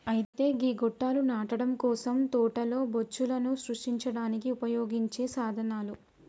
అయితే గీ గొట్టాలు నాటడం కోసం తోటలో బొచ్చులను సృష్టించడానికి ఉపయోగించే సాధనాలు